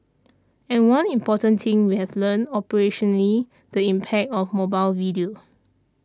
and one important thing we have learnt operationally the impact of mobile video